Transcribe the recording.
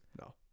No